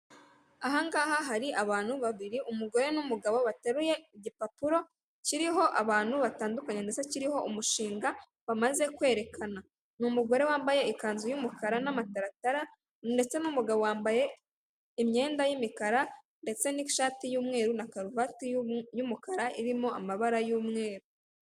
Ahangaha hari abantu babiri umugore n'umugabo bateruye igipapuro kiriho abantu batandukanye ndetse kiriho umushinga bamaze kwerekana. Ni umugore wambaye ikanzu y'umukara n'amataratara ndetse n'umugabo wambaye imyenda y'imikara ndetse n'ishati y'umweru na karuvati y'umukara irimo amabara y'umweru.